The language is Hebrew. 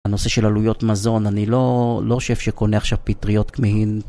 הנושא של עלויות מזון, אני לא... לא שף שקונה עכשיו פטריות כמהין.